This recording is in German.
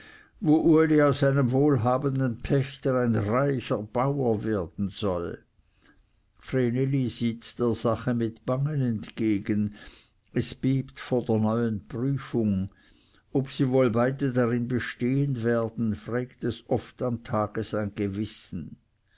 wo uli aus einem wohlhabenden pächter ein reicher bauer werden soll vreneli sieht der sache mit bangen entgegen es bebt vor der neuen prüfung ob sie wohl beide darin bestehen werden frägt es oft am tage sein gewissen